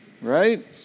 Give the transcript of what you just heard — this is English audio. right